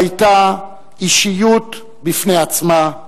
שהיתה אישיות בפני עצמה.